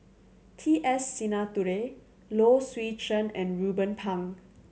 T S Sinnathuray Low Swee Chen and Ruben Pang